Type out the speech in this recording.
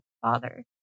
father